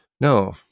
No